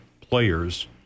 players